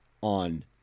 on